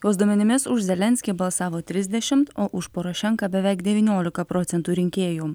jos duomenimis už zelenskį balsavo trisdešimt o už porošenką beveik devyniolika procentų rinkėjų